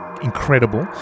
Incredible